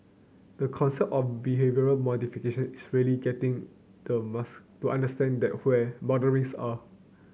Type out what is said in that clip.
the concept of behavioural modification is really getting the to understand where boundaries are